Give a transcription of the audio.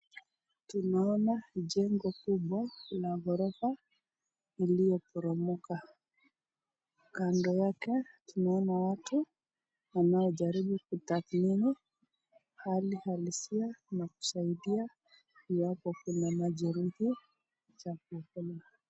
Tunaona jengo kubwa la ghorofa iliyo poromoka, kando yake, tunaona watu wanaojaribu kuthakmini hali halisia na kusaidia iwapo kuna majeruhi wakuokolewa.